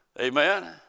Amen